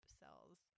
cells